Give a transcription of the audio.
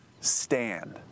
stand